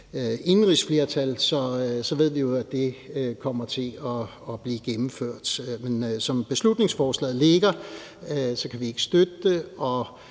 er et flertal. Og så ved vi jo, at det kommer til at blive gennemført. Men som beslutningsforslaget ligger, kan vi ikke støtte det.